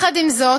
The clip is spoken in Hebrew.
עם זאת,